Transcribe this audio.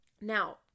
Now